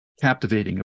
captivating